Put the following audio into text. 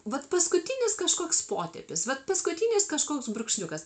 vat paskutinis kažkoks potėpis vat paskutinis kažkoks brūkšniukas